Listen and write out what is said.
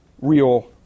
real